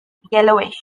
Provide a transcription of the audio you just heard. yellowish